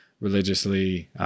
religiously